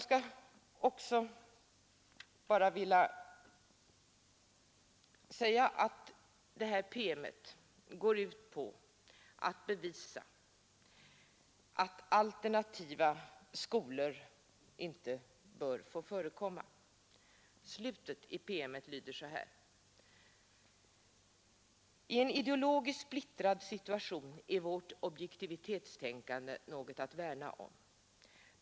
Promemorian går ut på att bevisa att alternativa skolor inte bör få förekomma. Slutet av promemorian lyder: ”I en ideologiskt splittrad situation är vårt objektivitetstänkande något att värna om.